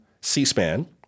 C-SPAN